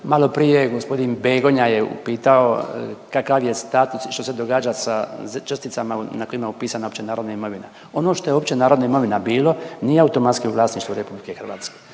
Malo prije je, gospodin Begonja je upitao kakav je status i što se događa sa česticama na kojima je upisana opće narodna imovina. Ono što je opće narodna imovina bilo nije automatski u vlasništvu Republike Hrvatske.